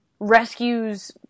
Rescues